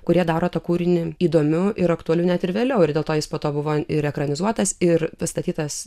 kurie daro tą kūrinį įdomiu ir aktualiu net ir vėliau ir dėl to jis po to buvo ir ekranizuotas ir pastatytas